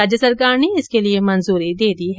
राज्य सरकार ने इसके लिए मंजूरी दे दी है